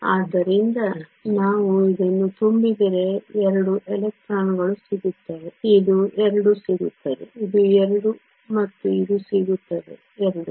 ಆದ್ದರಿಂದ ನಾವು ಇದನ್ನು ತುಂಬಿದರೆ 2 ಎಲೆಕ್ಟ್ರಾನ್ಗಳು ಸಿಗುತ್ತವೆ ಇದು 2 ಸಿಗುತ್ತದೆ ಇದು 2 ಮತ್ತು ಇದು ಸಿಗುತ್ತದೆ 2